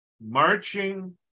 marching